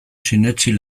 sinetsi